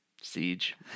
Siege